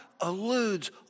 alludes